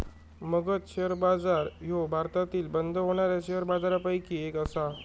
Magadh share बाजार ह्यो भारतातील बंद होणाऱ्या शेअर बाजारपैकी एक आसा